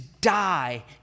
die